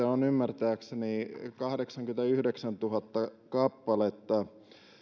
on ymmärtääkseni kahdeksankymmentäyhdeksäntuhatta kappaletta